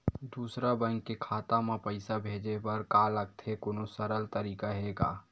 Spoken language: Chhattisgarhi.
दूसरा बैंक के खाता मा पईसा भेजे बर का लगथे कोनो सरल तरीका हे का?